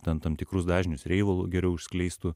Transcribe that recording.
ten tam tikrus dažnius reivo geriau išskleistų